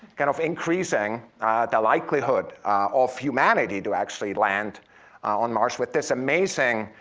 kind of increasing the likelihood of humanity to actually land on mars with this amazing